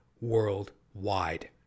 worldwide